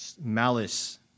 Malice